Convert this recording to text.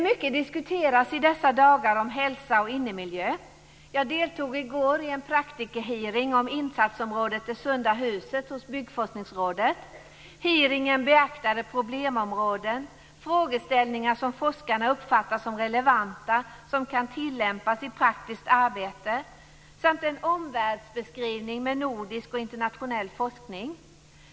Hälsa och innemiljö diskuteras mycket i dessa dagar. Jag deltog i går i en praktikerhearing om insatsområdet "Det sunda huset" hos Byggforskningsrådet. Hearingen beaktade problemområden och frågeställningar som forskarna uppfattar som relevanta och som kan tillämpas i praktiskt arbete samt en omvärldsbeskrivning med nordisk och internationell forskning.